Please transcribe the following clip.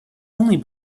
only